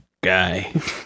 guy